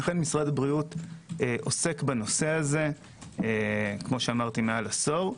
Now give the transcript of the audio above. לכן משרד הבריאות עוסק בנושא מעל עשור.